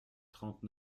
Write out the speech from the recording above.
trente